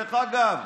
דרך אגב,